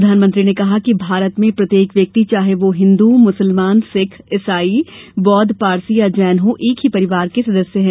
प्रधानमंत्री ने कहा कि भारत में प्रत्येक व्यक्ति चाहे वह हिन्दू मुसलमान सिख ईसाइ बौद्ध पारसी या जैन हो एक ही परिवार का सदस्य है